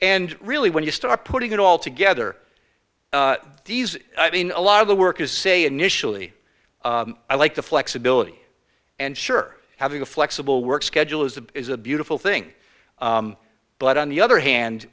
and really when you start putting it all together i mean a lot of the workers say initially i like the flexibility and sure having a flexible work schedule is a is a beautiful thing but on the other hand